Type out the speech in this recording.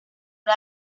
una